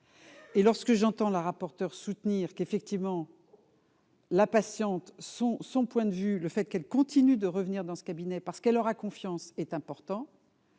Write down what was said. Et lorsque j'entends la rapporteure soutenir qu'effectivement. La patiente sous son point de vue le fait qu'elle continue de revenir dans ce cabinet, parce qu'elle aura confiance est important.